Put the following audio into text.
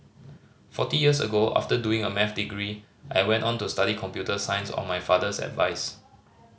forty years ago after doing a Maths degree I went on to study computer science on my father's advice